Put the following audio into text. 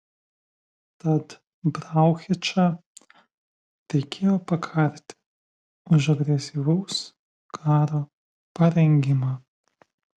tad brauchičą reikėjo pakarti už agresyvaus karo parengimą